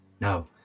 No